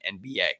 NBA